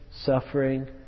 suffering